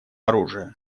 оружия